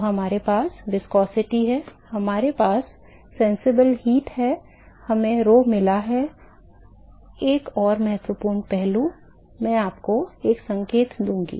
तो हमारे पास viscosity है हमारे पास प्रत्यक्ष ऊष्मा है हमें rho मिला है एक और महत्वपूर्ण पहलू मैं आपको एक संकेत दूंगा